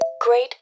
Great